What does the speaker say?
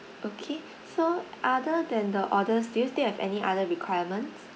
okay so other than the orders do you still have any other requirements